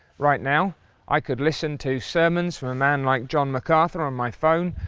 right now i could listen to sermons from a man like john macarthur on my phone,